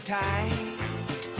tight